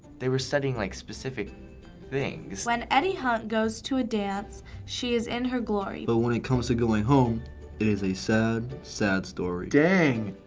they were studying like specific things. when eddie hunt goes to a dance, she is in her glory, but when it comes to going home, it is a sad, sad story. dang,